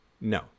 No